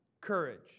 courage